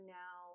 now